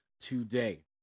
Today